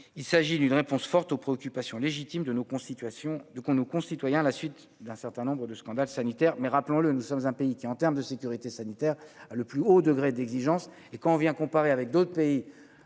il s'agit d'une réponse forte aux préoccupations légitimes de nos qu'on situation de con, nos concitoyens à la suite d'un certain nombre de scandales samedi. Mais rappelons-le, nous sommes un pays qui en terme de sécurité sanitaire le plus haut degré d'exigence et qu'on vient comparé avec d'autres pays